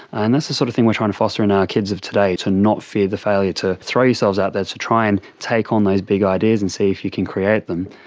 and that's the sort of thing we are trying to foster in our kids of today, to not fear the failure, to throw yourselves out there, to try and take on those big ideas and see if you can create them.